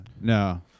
no